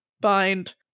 bind